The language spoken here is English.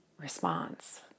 response